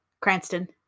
Cranston